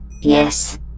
Yes